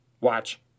Watch